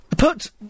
Put